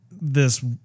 this-